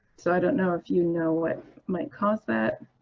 so i don't know if you know what might cause that.